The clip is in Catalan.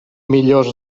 millors